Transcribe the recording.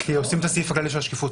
כי הוסיפו את הסעיף של השקיפות.